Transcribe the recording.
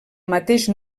mateix